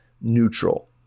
neutral